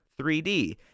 3D